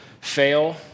fail